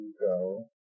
go